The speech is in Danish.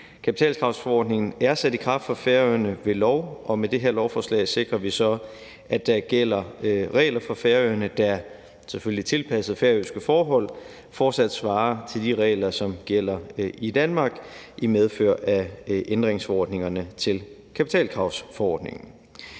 Kapitalkravsforordningen er sat i kraft for Færøerne ved lov, og med det her lovforslag sikrer vi så, at der gælder regler for Færøerne, der, selvfølgelig tilpasset færøske forhold, fortsat svarer til de regler, som gælder i Danmark i medfør af ændringsforordningerne til kapitalkravsforordningen.